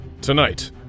Tonight